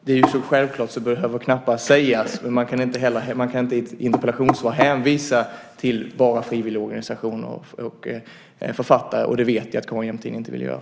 Det är så självklart att det knappast behöver sägas, men man kan inte i ett interpellationssvar hänvisa till bara frivilligorganisationer och författare, och det vet jag att Carin Jämtin inte vill göra.